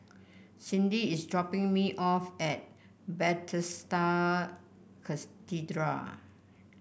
Cindi is dropping me off at Bethesda Cathedral